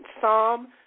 Psalm